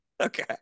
okay